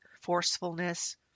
forcefulness